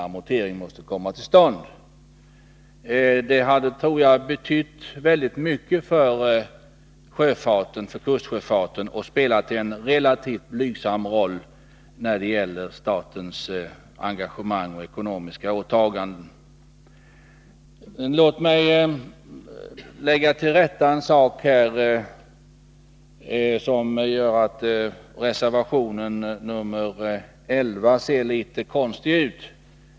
Jag tror att ett bifall till motionen hade betytt väldigt mycket för kustsjöfarten men spelat en relativt blygsam roll när det gäller statens engagemang och ekonomiska åtaganden. Låt mig lägga till rätta en sak som gör att reservation 11 ser litet konstig ut.